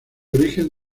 origen